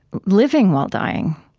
living while dying,